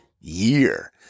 year